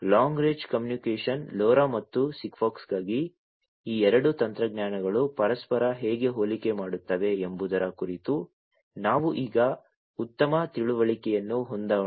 long range communication LoRa ಮತ್ತು SIGFOX ಗಾಗಿ ಈ ಎರಡು ತಂತ್ರಜ್ಞಾನಗಳು ಪರಸ್ಪರ ಹೇಗೆ ಹೋಲಿಕೆ ಮಾಡುತ್ತವೆ ಎಂಬುದರ ಕುರಿತು ನಾವು ಈಗ ಉತ್ತಮ ತಿಳುವಳಿಕೆಯನ್ನು ಹೊಂದೋಣ